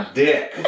dick